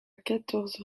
quatorze